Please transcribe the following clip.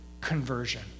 conversion